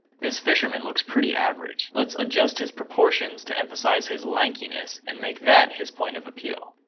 this fisherman looks pretty average. let's adjust his proportions to emphasize his lankiness. and make that his point of appeal.